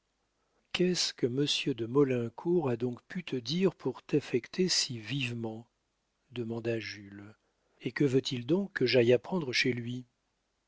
qu'est-ce que monsieur de maulincour a donc pu te dire pour t'affecter si vivement demanda jules et que veut-il donc que j'aille apprendre chez lui